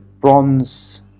bronze